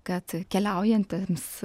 kad keliaujantims